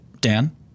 Dan